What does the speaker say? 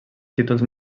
títols